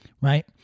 Right